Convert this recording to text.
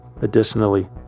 Additionally